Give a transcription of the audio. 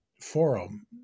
forum